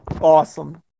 Awesome